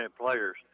players